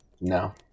No